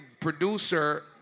producer